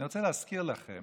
אני רוצה להזכיר לכם